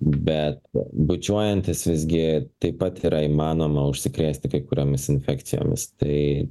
bet bučiuojantis visgi taip pat yra įmanoma užsikrėsti kai kuriomis infekcijomis tai